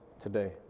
today